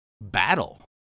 battle